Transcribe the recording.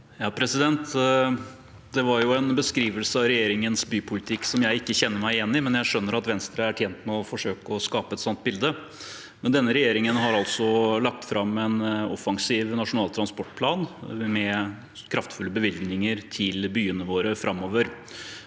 Det var en be- skrivelse av regjeringens bypolitikk som jeg ikke kjenner meg igjen i, men jeg skjønner at Venstre er tjent med å forsøke å skape et sånt bilde. Denne regjeringen har lagt fram en offensiv Nasjonal transportplan med kraftfulle bevilgninger til byene våre framover.